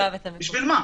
בשביל מה?